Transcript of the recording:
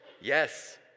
Yes